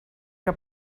que